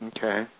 Okay